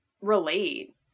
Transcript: relate